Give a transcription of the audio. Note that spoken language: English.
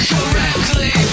Correctly